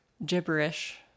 gibberish